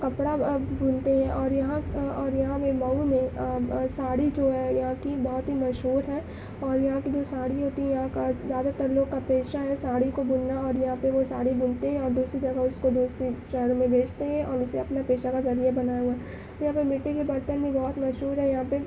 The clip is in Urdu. کپڑا بُنتے ہیں اور یہاں اور یہاں میں مئو میں ساڑی جو ہے یہاں کی بہت ہی مشہور ہے اور یہاں کی جو ساڑی ہوتی ہے یہاں کا زیادہ تر لوگ کا پیشہ ہے ساڑی کو بُننا اور یہاں پہ وہ ساڑی بُنتے ہیں اور دوسری جگہ اس کو بھیجتے ہیں شہر میں بیچتے ہیں اور اسے اپنا پیشہ کا ذریعہ بنایا یہاں مٹی کے برتن بھی بہت مشہور ہیں یہاں پہ